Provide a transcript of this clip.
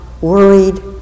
worried